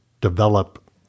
develop